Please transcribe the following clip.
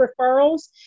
referrals